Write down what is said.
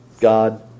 God